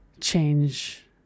change